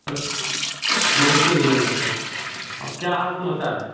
hello नमस्ते भैया नमस्ते हाँ क्या हाल समाचार हैं